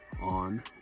on